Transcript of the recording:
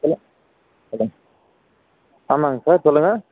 hello சொல்லுங்க ஆமாங்க sir சொல்லுங்க